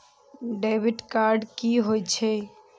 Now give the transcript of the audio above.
Debit card की होय छेय?